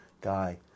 guy